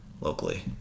locally